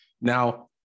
Now